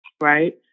Right